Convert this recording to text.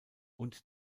und